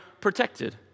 protected